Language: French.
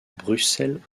bruxelles